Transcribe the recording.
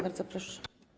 Bardzo proszę.